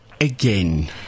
again